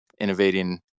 innovating